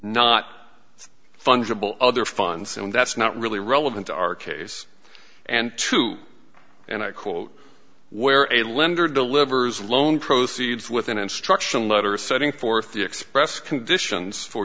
not fungible other funds and that's not really relevant to our case and to and i quote where a lender delivers a loan proceeds with an instruction letter setting forth the express conditions for